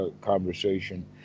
conversation